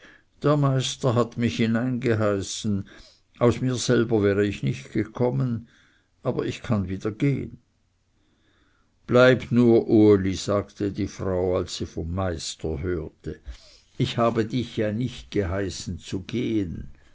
der meister hat mich hinein geheißen aus mir selber wäre ich nicht gekommen aber ich kann wieder gehen bleib nur uli sagte die frau als sie vom meister hörte ich habe dich ja nicht geheißen zu gehen